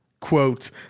quote